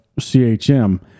CHM